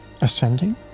ascending